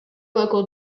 local